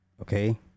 okay